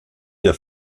der